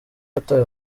yatawe